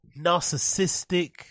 narcissistic